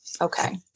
Okay